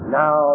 now